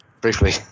briefly